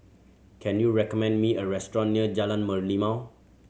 can you recommend me a restaurant near Jalan Merlimau